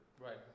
Right